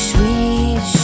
Sweet